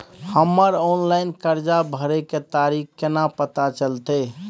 हमर ऑनलाइन कर्जा भरै के तारीख केना पता चलते?